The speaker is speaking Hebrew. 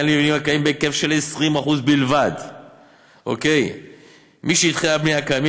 למבנים הקיימים בהיקף של 20% בלבד משטחי הבניה הקיימים,